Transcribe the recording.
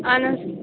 اہَن حَظ